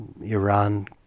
Iran